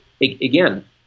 Again